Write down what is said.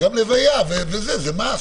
גם לוויה זה must.